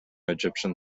egyptian